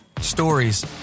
Stories